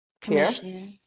Commission